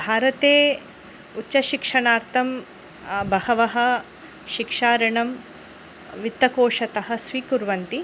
भारते उच्चशिक्षणार्थं बहवः शिक्षाऋणं वित्तकोषतः स्वीकुर्वन्ति